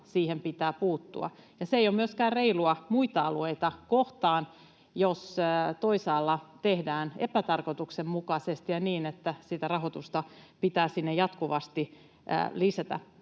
siihen pitää puuttua. Ei ole myöskään reilua muita alueita kohtaan, jos toisaalla tehdään epätarkoituksenmukaisesti ja niin, että sitä rahoitusta pitää sinne jatkuvasti lisätä.